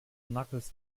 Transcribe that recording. knuckles